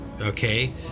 Okay